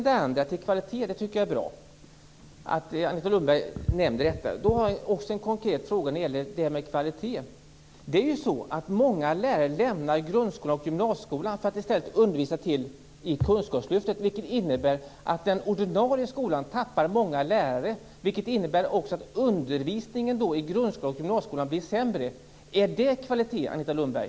Det Agneta Lundberg nämnde om kvalitet tycker jag är bra. Då har jag en konkret fråga. Många lärare lämnar grundskolan och gymnasieskolan för att i stället undervisa i kunskapslyftet, vilket innebär att den ordinarie skolan tappar många lärare. Det innebär att undervisningen i grundskolan och gymnasieskolan blir sämre. Är det kvalitet, Agneta Lundberg?